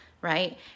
right